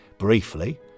Briefly